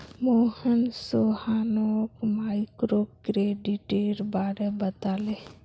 मोहन सोहानोक माइक्रोक्रेडिटेर बारे बताले